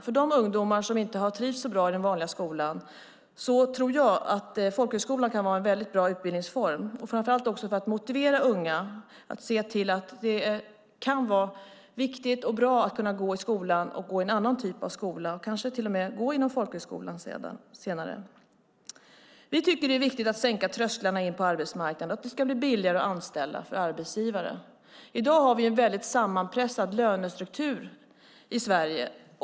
För de ungdomar som inte har trivts så bra i skolan tror jag att folkhögskolan kan vara en väldigt bra utbildningsform. Det gäller framför allt för att motivera unga att se att det kan vara viktigt och bra att kunna gå i skolan, gå i en annan typ av skola och kanske till och med gå i en folkhögskola senare. Vi tycker att det är viktigt att sänka trösklarna in till arbetsmarknaden och att det ska bli billigare att anställa för arbetsgivare. I dag har vi en väldigt sammanpressad lönestruktur i Sverige.